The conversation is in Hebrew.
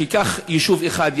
שייקח יישוב אחד,